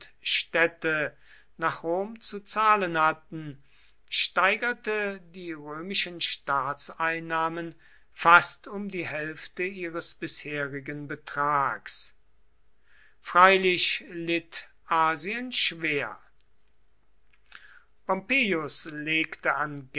städte nach rom zu zahlen hatten steigerte die römischen staatseinnahmen fast um die hälfte ihres bisherigen betrags freilich litt asien schwer pompeius legte an